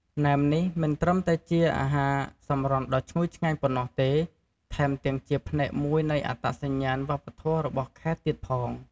ណែមនេះមិនត្រឹមតែជាអាហារសម្រន់ដ៏ឈ្ងុយឆ្ងាញ់ប៉ុណ្ណោះទេ ថែមទាំងជាផ្នែកមួយនៃអត្តសញ្ញាណវប្បធម៌របស់ខេត្តទៀតផង។